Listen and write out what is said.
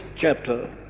chapter